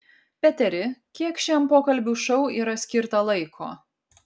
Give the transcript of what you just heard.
peteri kiek šiam pokalbių šou yra skirta laiko